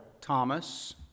Thomas